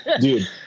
Dude